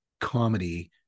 comedy